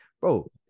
bro